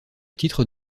titre